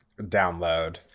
download